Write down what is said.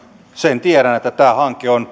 sen tiedän että tämä hanke